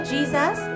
Jesus